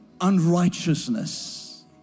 unrighteousness